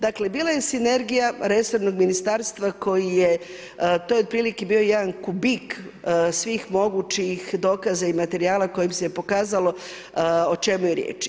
Dakle bila je sinergija resornog ministarstva koje je to je otprilike bio jedan kubik svih mogućih dokaza i materijala kojim se je pokazalo o čemu je riječ.